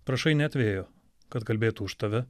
prašai net vėjo kad kalbėtų už tave